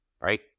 right